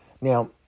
Now